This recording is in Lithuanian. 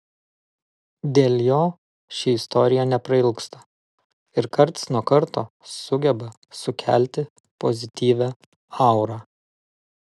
dėl jo ši istorija neprailgsta ir karts nuo karto sugeba sukelti pozityvią aurą